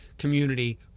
community